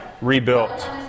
rebuilt